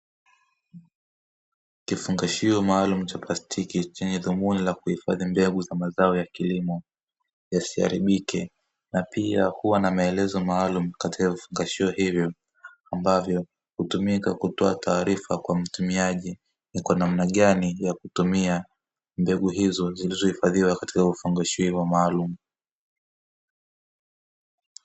Kifungashio maalumu cha plastiki chenye dhumuni la kuhifadhi mbegu za mazao ya kilimo yasiharibike na pia huwa na maelezo maalumu katika vifungadhio hivyo, ambavyo hutumika kutoa taarifa kwa mtumiaji ni kwa namna gani ya kutumia mbegu hizo zilizohifadhiwa katika vifungashio hivyo maalumu.